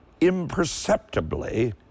imperceptibly